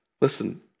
Listen